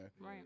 Right